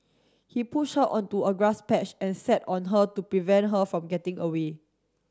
he pushed her onto a grass patch and sat on her to prevent her from getting away